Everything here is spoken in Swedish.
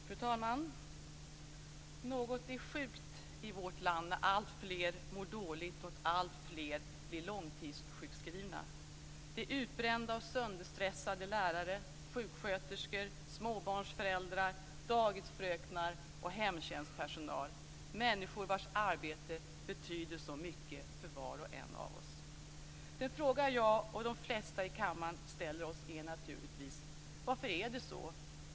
Fru talman! Något är sjukt i vårt land när alltfler mår dåligt och alltfler blir långtidssjukskrivna. Det är utbrända och sönderstressade lärare, sjuksköterskor, småbarnsföräldrar, dagisfröknar och hemtjänstpersonal - människor vars arbete betyder så mycket för var och en av oss. Den fråga jag och de flesta i kammaren ställer sig är naturligtvis: Varför är det så?